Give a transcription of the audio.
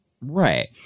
Right